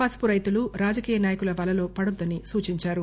పసుపు రైతులు రాజకీయ నాయకుల వలలో పడవద్దని సూచించారు